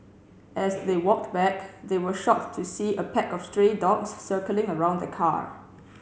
as they walked back they were shocked to see a pack of stray dogs circling around the car